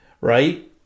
right